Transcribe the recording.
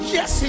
Yes